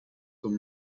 con